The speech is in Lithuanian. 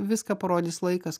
viską parodys laikas